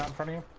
um twenty